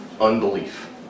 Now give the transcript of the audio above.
Unbelief